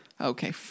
Okay